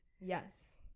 Yes